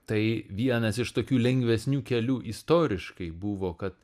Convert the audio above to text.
tai vienas iš tokių lengvesnių kelių istoriškai buvo kad